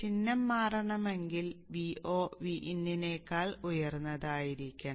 ചിഹ്നം മാറണമെങ്കിൽ Vo Vin നേക്കാൾ ഉയർന്നതായിരിക്കണം